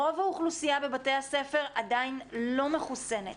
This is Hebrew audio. רוב האוכלוסייה בבתי הספר עדיין לא מחוסנת,